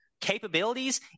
capabilities